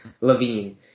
Levine